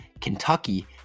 Kentucky